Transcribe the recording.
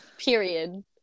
Period